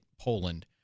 Poland